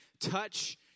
touch